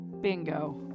Bingo